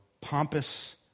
pompous